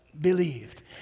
believed